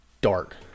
dark